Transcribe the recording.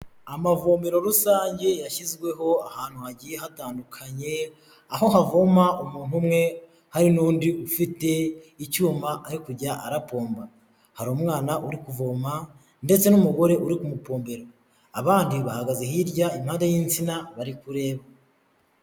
Amavomero rusange yashyizweho ahantu hagiye hatandukanye, aho havoma umuntu umwe hari n'undi ufite icyuma Ari kujya arapomba, hari umwana uri kuvoma ndetse n'umugore uri kumupombera, abandi bahagaze hirya impare y'insina bari kureba.